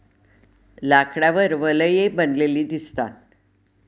लाकडावर वलये बनलेली दिसतात